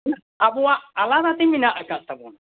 ᱚᱵᱟᱭᱟᱜ ᱟᱞᱟᱫᱟᱛᱮ ᱢᱮᱱᱟᱜ ᱟᱠᱟᱫ ᱛᱟᱵᱚᱱᱟ